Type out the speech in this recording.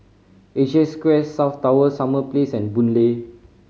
Asia Square South Tower Summer Place and Boon Lay